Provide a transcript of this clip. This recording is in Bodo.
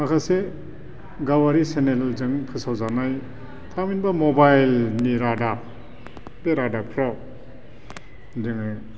माखासे गावारि चेनेलजों फोसावजानाय थामहिनबा मबाइलनि रादाब बे रादाबफ्राव जोङो